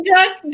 Duck